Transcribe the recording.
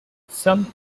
some